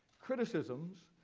criticisms,